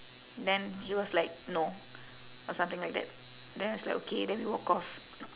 then he was like no or something like that then it was like okay then we walk off